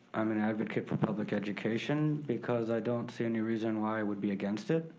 i'm an advocate for public education because i don't see any reason why i would be against it.